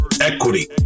equity